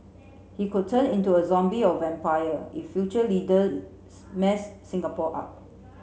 he could turn into a zombie or vampire if future leaders mess Singapore up